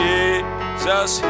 Jesus